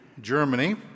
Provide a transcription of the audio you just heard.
Germany